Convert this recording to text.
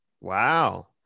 Wow